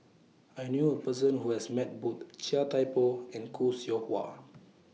I knew A Person Who has Met Both Chia Thye Poh and Khoo Seow Hwa